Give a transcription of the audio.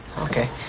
okay